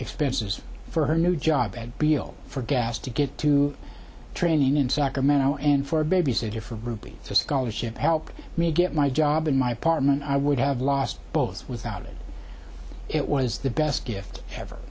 expenses for her new job at beale for gas to get to training in sacramento and for a babysitter for ruby scholarship help me get my job in my apartment i would have lost both without it it was the best gift ever